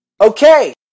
Okay